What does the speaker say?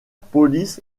police